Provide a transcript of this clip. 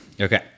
Okay